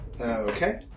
Okay